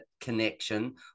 connection